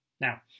Now